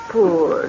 Poor